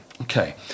Okay